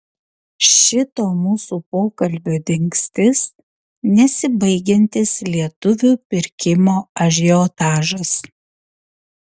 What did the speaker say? šito mūsų pokalbio dingstis nesibaigiantis lietuvių pirkimo ažiotažas